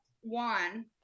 one